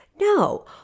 No